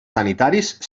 sanitaris